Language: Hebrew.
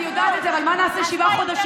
אני יודעת את זה, אבל מה נעשה שבעה חודשים?